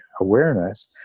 awareness